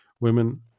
Women